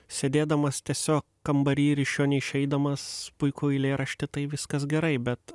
sėdėdamas tiesiog kambary ir iš jo neišeidamas puikų eilėraštį tai viskas gerai bet